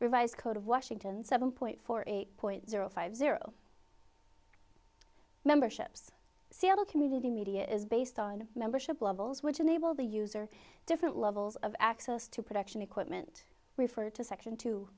revised code of washington seven point four eight point zero five zero memberships seattle community media is based on membership levels which enable the user different levels of access to production equipment refer to section t